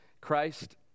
Christ